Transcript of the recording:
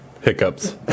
Hiccups